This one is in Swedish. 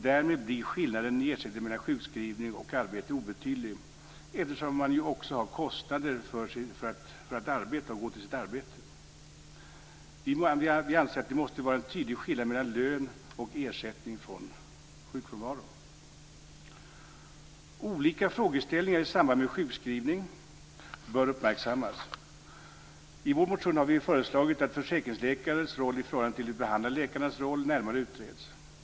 Därmed blir skillnaden i ersättning mellan sjukskrivning och arbete obetydlig, eftersom man ju också har kostnader för att gå till sitt arbete. Vi anser att det måste vara en tydlig skillnad mellan lön och ersättning vid sjukfrånvaro. Olika frågeställningar i samband med sjukskrivning bör uppmärksammas. I vår motion har vi föreslagit att försäkringsläkarens roll i förhållande till den behandlande läkarens roll närmare utreds.